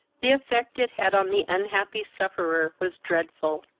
the effect it had on the unhappy sufferer was dreadful.